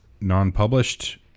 non-published